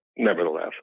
Nevertheless